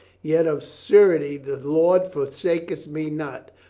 yet of a surety the lord forsaketh me not.